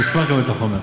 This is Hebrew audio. אני אשמח לקבל את החומר,